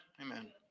Amen